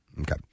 Okay